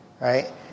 right